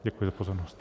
Děkuji za pozornost.